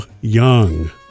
young